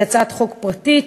היא הצעת חוק פרטית.